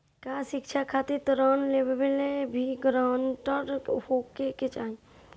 का शिक्षा खातिर ऋण लेवेला भी ग्रानटर होखे के चाही?